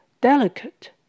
delicate